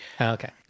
Okay